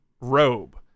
robe